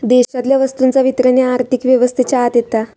देशातल्या वस्तूंचा वितरण ह्या आर्थिक व्यवस्थेच्या आत येता